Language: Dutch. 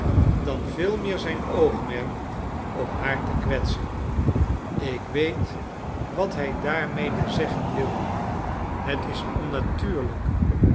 dan veel meer zijn oogmerk om haar te kwetsen ik weet wat hij daarmede zeggen wilde het is onnatuurlijk